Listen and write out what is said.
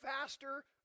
faster